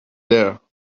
there